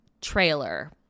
trailer